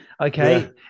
Okay